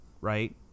right